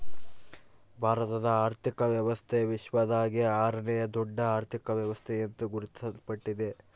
ಭಾರತದ ಆರ್ಥಿಕ ವ್ಯವಸ್ಥೆ ವಿಶ್ವದಾಗೇ ಆರನೇಯಾ ದೊಡ್ಡ ಅರ್ಥಕ ವ್ಯವಸ್ಥೆ ಎಂದು ಗುರುತಿಸಲ್ಪಟ್ಟಿದೆ